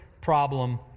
problem